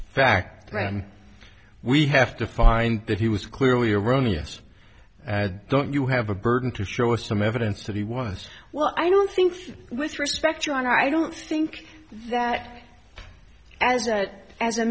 then we have to find that he was clearly erroneous don't you have a burden to show us some evidence that he was well i don't think with respect your honor i don't think that as that as a